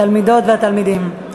תלמידות ותלמידים.